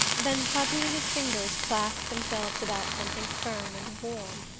then suddenly his fingers clasped themselves about something firm and warm.